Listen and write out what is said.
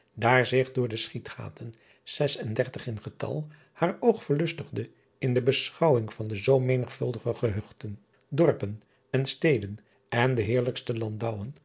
daar zich door de schietgaten zesen dertig in getal haar oog verlustigde in de beschouwing van de zoo menigvuldige gehuchten dorpen en steden en de heerlijkste landouwen